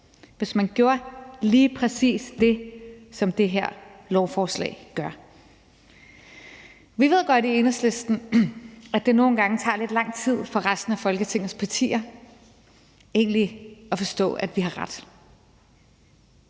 hvis man gjorde lige præcis det, som det her lovforslag gør. Vi ved godt i Enhedslisten, at det nogle gange tager lidt lang tid for resten af Folketingets partier egentlig at forstå, at vi har ret.